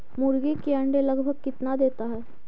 मुर्गी के अंडे लगभग कितना देता है?